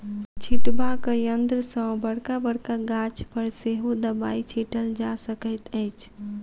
छिटबाक यंत्र सॅ बड़का बड़का गाछ पर सेहो दबाई छिटल जा सकैत अछि